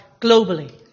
globally